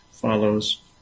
follows